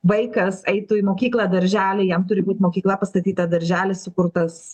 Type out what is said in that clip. vaikas eitų į mokyklą darželį jam turi būt mokykla pastatyta darželis įkurtas